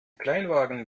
kleinwagen